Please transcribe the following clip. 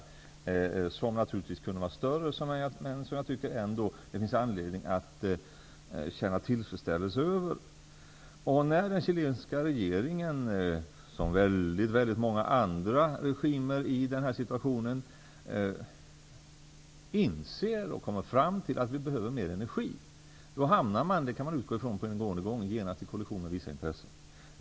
Dessa satsningar kunde naturligtvis vara större, men det finns ändå anledning att känna tillfredsställelse över dem. När den chilenska regeringen, som väldigt många andra regimer i denna situation, inser och kommer fram till att man behöver mer energi, kan man räkna med att man genast hamnar på kollisionskurs med vissa intressen. Fru talman!